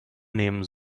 nehmen